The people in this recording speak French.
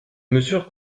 mesure